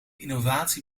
innovatie